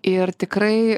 ir tikrai